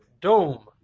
dome